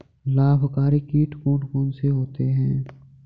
लाभकारी कीट कौन कौन से होते हैं?